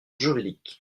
juridique